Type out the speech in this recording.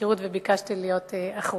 למזכירות וביקשתי להיות אחרונה,